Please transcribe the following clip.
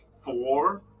Four